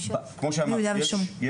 כמו שאמרתי,